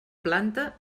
planta